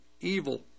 evil